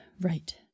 Right